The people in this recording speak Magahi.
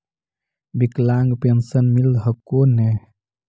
विकलांग पेन्शन मिल हको ने?